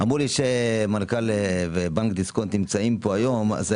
בבנק דיסקונט, אני